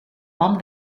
man